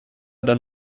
dann